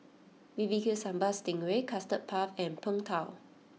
B B Q Sambal Sting Ray Custard Puff and Png Tao